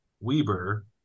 Weber